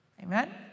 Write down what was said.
Amen